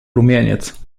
rumieniec